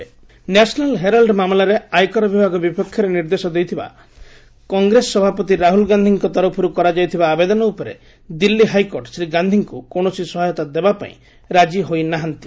HC Rahul Gandhi National Herald ମାମଲାରେ ଆୟକର ବିଭାଗ ବିପକ୍ଷରେ ନିର୍ଦ୍ଦେଶ ଦେବାପାଇଁ କଂଗ୍ରେସ ସଭାପତି ରାହୁଲ୍ ଗାନ୍ଧିଙ୍କ ତରଫରୁ କରାଯାଇଥିବା ଆବେଦନ ଉପରେ ଦିଲ୍ଲୀ ହାଇକୋର୍ଟ ଶ୍ରୀ ଗାନ୍ଧିଙ୍କୁ କୌଣସି ସହାୟତା ଦେବାପାଇଁ ରାଜି ହୋଇ ନାହାନ୍ତି